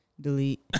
delete